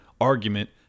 argument